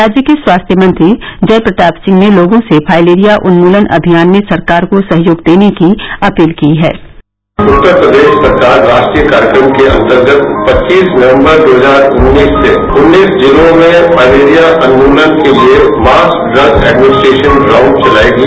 राज्य के स्वास्थ्य मंत्री जय प्रताप सिंह ने लोगों से फाइलेरिया उन्मूलन अभियान में सरकार को सहयोग देने की अपील की है उत्तर प्रदेश सरकार रा ट्रीय कार्यक्रम के अन्तर्गत पच्चीस नवमबर दो हजार उन्नीस से उन्नीस जिलों में फाइलेरिया उन्मुलन के लिये मास्क ड्रग एडमिनिस्ट्रेशन राउण्ड चलाये गये